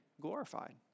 glorified